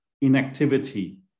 Inactivity